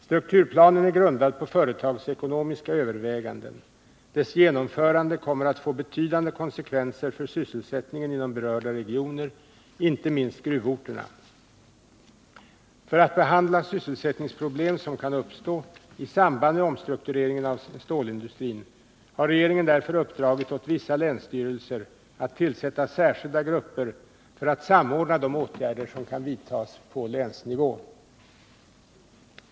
Strukturplanen är grundad på företagsekonomiska överväganden. Dess genomförande kommer att få betydande konsekvenser för sysselsättningen inom berörda regioner, inte minst gruvorterna. För att behandla sysselsättningsproblem som kan uppstå i samband med omstruktureringen av stålindustrin har regeringen därför uppdragit åt vissa länsstyrelser att tillsätta särskilda grupper för att samordna de åtgärder som kan vidtas på länsnivå.